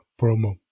promo